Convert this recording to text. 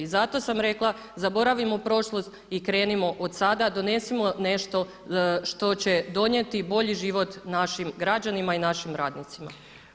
Zato sam rekla zaboravimo prošlost i krenimo od sada, donesimo nešto što će donijeti bolji život našim građanima i našim radnicima.